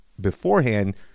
beforehand